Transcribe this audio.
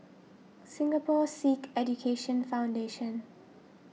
Singapore Sikh Education Foundation